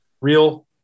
real